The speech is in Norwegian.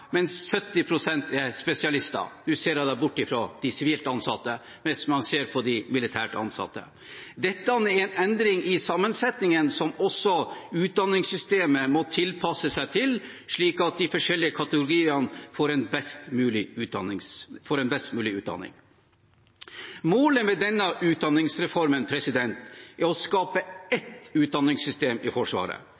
mens 70 pst. er spesialister – hvis man ser på de militært ansatte og ser bort fra de sivilt ansatte. Dette er en endring i sammensetningen som også utdanningssystemet må tilpasse seg, slik at de forskjellige kategoriene får en best mulig utdanning. Målet med denne utdanningsreformen er å skape